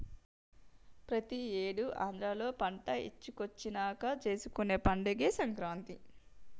ప్రతి ఏడు ఆంధ్రాలో పంట ఇంటికొచ్చినంక చేసుకునే పండగే సంక్రాంతి